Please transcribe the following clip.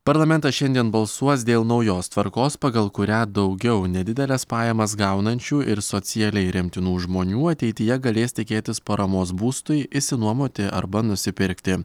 parlamentas šiandien balsuos dėl naujos tvarkos pagal kurią daugiau nedideles pajamas gaunančių ir socialiai remtinų žmonių ateityje galės tikėtis paramos būstui išsinuomoti arba nusipirkti